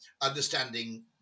understanding